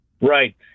Right